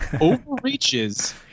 overreaches